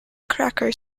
cracker